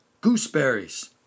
gooseberries